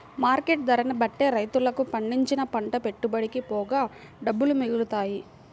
market ధరని బట్టే రైతులకు పండించిన పంట పెట్టుబడికి పోగా డబ్బులు మిగులుతాయి